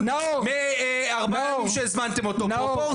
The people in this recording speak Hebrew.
מארבע ימים שהזמנתם אותו פרופורציות,